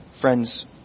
Friends